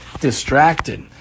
distracted